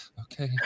Okay